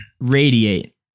radiate